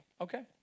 Okay